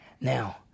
Now